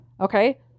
Okay